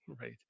Right